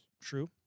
True